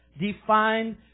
defined